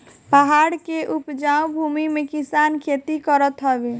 पहाड़ के उपजाऊ भूमि पे किसान खेती करत हवे